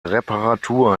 reparatur